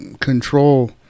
control